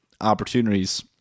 opportunities